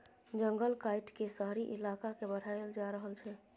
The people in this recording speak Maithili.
जंगल काइट के शहरी इलाका के बढ़ाएल जा रहल छइ